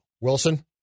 Wilson